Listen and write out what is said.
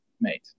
made